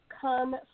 come